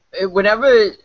Whenever